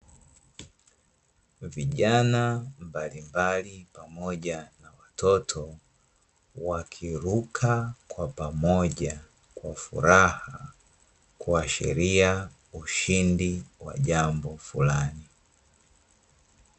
Vijana mbalimbali pamoja na watoto, wakiruka kwa pamoja kwa furaha kuashiria ushindi wa jambo fulani.